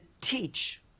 teach